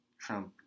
Trump